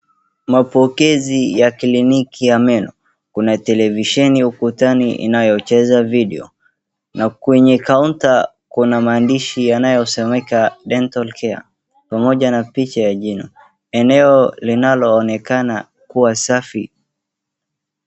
Mapokezi ya kliniki ya meno, kuna televisheni ukutani inayocheza video na kwenye kaunta kuna maandishi inasema dental care pamoja na picha ya jina .Eneo linaonekana kuwa safi.